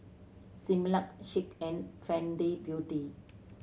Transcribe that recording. Similac Schick and Fenty Beauty